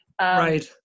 right